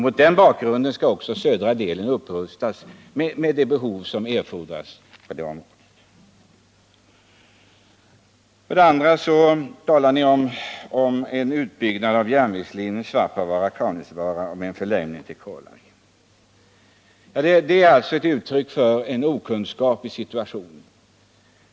Mot den bakgrunden skall också södra delen upprustas med hänsyn till behovet. Vidare talar ni om en utbyggnad av järnvägslinjen Svappavaara-Kaunisvaara, med förlängning till finska Kolari. Det är uttryck för okunskap om situationen.